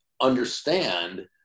understand